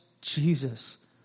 Jesus